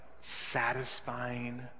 satisfying